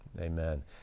amen